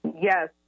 Yes